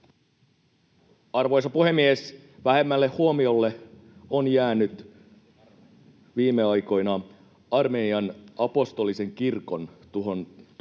Arvoisa puhemies! Vähemmälle huomiolle ovat viime aikoina jääneet Armenian apostolisen kirkon tuhotut